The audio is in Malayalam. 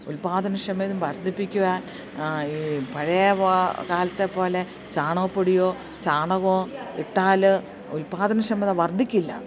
ഉൽപാദനക്ഷമതയും വർദ്ധിപ്പിക്കുവാൻ ഈ പഴയ കാലത്തെ പോലെ ചാണകപ്പൊടിയോ ചാണകവോ ഇട്ടാല് ഉൽപാദന ക്ഷമത വർദ്ധിക്കില്ല